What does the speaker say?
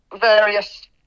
various